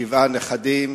שבעה נכדים.